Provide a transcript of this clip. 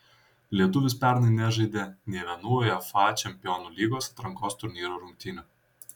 lietuvis pernai nežaidė nė vienų uefa čempionų lygos atrankos turnyro rungtynių